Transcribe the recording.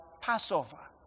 Passover